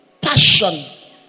passion